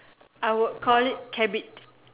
I would call it cabbit